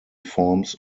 forms